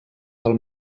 del